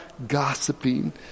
gossiping